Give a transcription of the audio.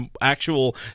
actual